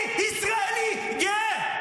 אני ישראלי גאה.